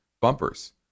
bumpers